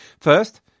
First